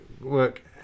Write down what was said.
work